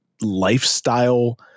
lifestyle